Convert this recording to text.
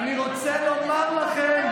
אני רוצה לומר לכם,